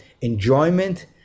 enjoyment